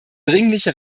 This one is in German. dringliche